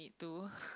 to